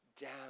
down